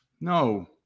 No